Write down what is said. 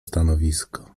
stanowisko